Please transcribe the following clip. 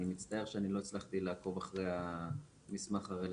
אני מצטער שאני לא הצלחתי לעקוב אחרי המסמך הרלוונטי.